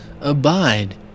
abide